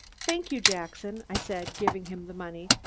thank you, jackson, i said, giving him the money.